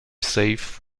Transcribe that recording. safe